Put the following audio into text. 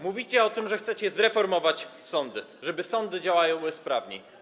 Mówicie o tym, że chcecie zreformować sądy, żeby działały sprawniej.